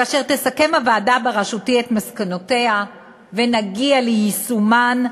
כאשר תסכם הוועדה בראשותי את מסקנותיה ונגיע ליישומן,